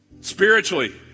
Spiritually